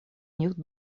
них